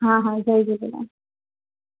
हा हा जय झूलेलाल